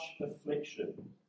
affliction